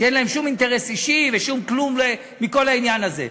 שאין להם שום אינטרס אישי ושום כלום מכל העניין הזה.